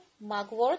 mugwort